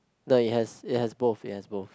no it has it has both it has both